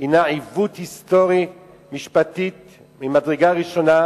הינה עיוות היסטורי משפטי ממדרגה ראשונה,